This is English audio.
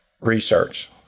research